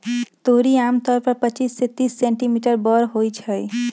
तोरी आमतौर पर पच्चीस से तीस सेंटीमीटर बड़ होई छई